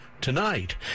tonight